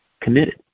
committed